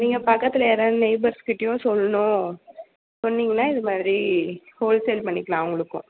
நீங்கள் பக்கத்தில் யாராது நெய்பர்ஸ்கிட்டேயும் சொல்லணும் சொன்னிங்கன்னால் இதுமாதிரி ஹோல்சேல் பண்ணிக்கலாம் அவங்களுக்கும்